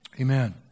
Amen